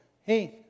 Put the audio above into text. hey